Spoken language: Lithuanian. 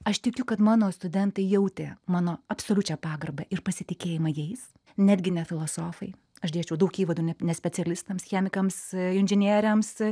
aš tikiu kad mano studentai jautė mano absoliučią pagarbą ir pasitikėjimą jais netgi ne filosofai aš dėsčiau daug įvadų ne ne specialistams chemikams inžinieriams